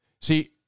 See